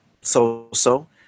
so-so